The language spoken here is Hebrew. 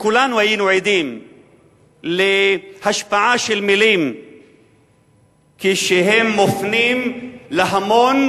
כולנו היינו עדים להשפעה של מלים כשהן מופנות להמון